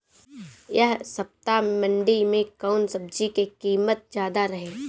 एह सप्ताह मंडी में कउन सब्जी के कीमत ज्यादा रहे?